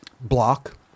block